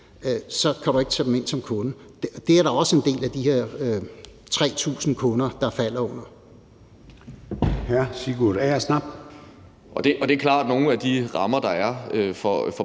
kan du ikke tage dem ind som kunde. Det er der også en del af de her 3.000 kunder der bliver